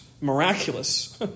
miraculous